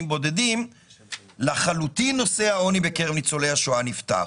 בודדים נושא העוני בקרב ניצולי השואה נפתר.